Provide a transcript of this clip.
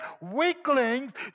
weaklings